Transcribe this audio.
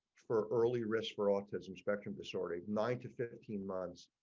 for early risk for autism spectrum disorder, nine to fifteen murders.